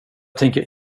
tänker